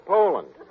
Poland